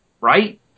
right